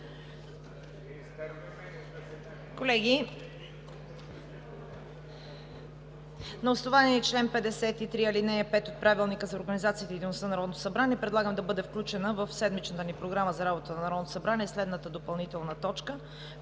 Колеги, на основание чл. 53, ал. 5 от Правилника за организацията и дейността на Народното събрание предлагам да бъде включена в седмичната ни Програма за работата на Народното събрание следната допълнителна точка: